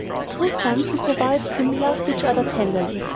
the two sons who survived him loved each other tenderly,